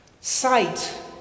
sight